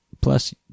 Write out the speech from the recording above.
Plus